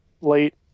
late